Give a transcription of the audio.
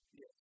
yes